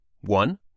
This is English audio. one